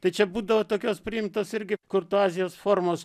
tai čia būdavo tokios priimtas irgi kurtuazijos formos